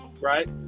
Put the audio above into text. right